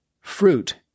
fruit